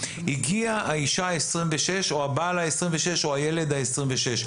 הגיעה האישה ה-26 או הבעל ה-26 או הילד ה-26,